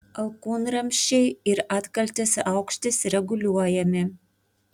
alkūnramsčiai ir atkaltės aukštis reguliuojami